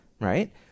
right